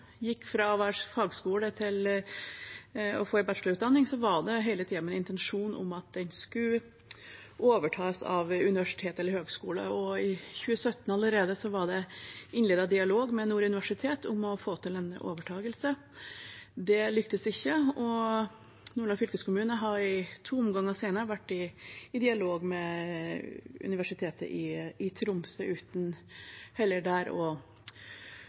gikk fra å være fagskole til å få en bachelorutdanning, var det hele tiden med en intensjon om at den skulle overtas av universitet eller høgskole. Allerede i 2017 var det innledet dialog med Nord universitet om å få til en overtakelse. Det lyktes ikke, og Nordland fylkeskommune har i to omganger senere vært i dialog med Universitetet i Tromsø uten